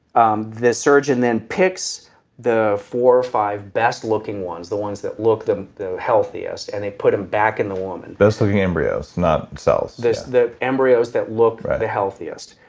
um the surgeon then picks the four or five best looking ones, the ones that look the the healthiest and they put them back in the woman best looking embryos, not cells the embryos that look the healthiest.